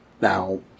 Now